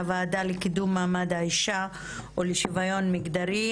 אני פותחת את הישיבה של הוועדה לקידום מעמד האישה ולשוויון מגדרי,